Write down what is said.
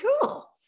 cool